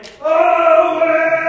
away